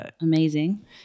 Amazing